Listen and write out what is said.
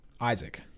Isaac